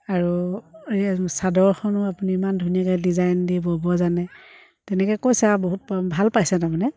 আৰু এই চাদৰখনো আপুনি ইমান ধুনীয়াকৈ ডিজাইন দি ব'ব জানে তেনেকৈ কৈছে আৰু বহুত ভাল পাইছে তাৰমানে